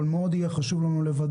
אבל מאוד יהיה לנו חשוב לוודא,